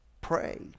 pray